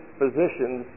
physicians